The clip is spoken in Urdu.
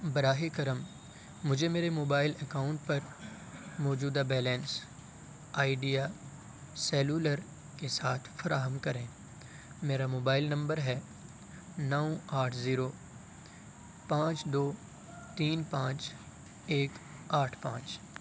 براہ کرم مجھے میرے موبائل اکاؤنٹ پر موجودہ بیلنس آئیڈیا سیلولر کے ساتھ فراہم کریں میرا موبائل نمبر ہے نو آٹھ زیرو پانچ دو تین پانچ ایک آٹھ پانچ